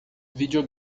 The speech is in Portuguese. video